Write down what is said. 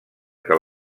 que